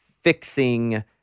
fixing